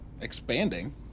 expanding